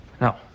No